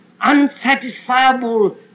unsatisfiable